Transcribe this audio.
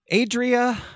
Adria